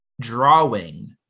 drawing